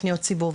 לפניות ציבור,